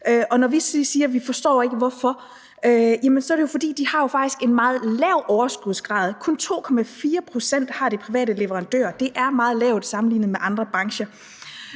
Og når vi siger, at vi ikke forstår hvorfor, så er det jo, fordi de faktisk har en meget lav overskudsgrad – kun 2,4 pct. har de private leverandører, og det er meget lavt sammenlignet med andre brancher.